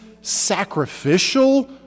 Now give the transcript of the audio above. sacrificial